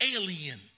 alien